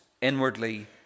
Inwardly